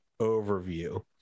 overview